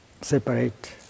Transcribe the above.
separate